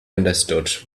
understood